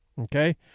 Okay